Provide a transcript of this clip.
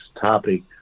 topic